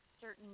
Certain